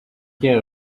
care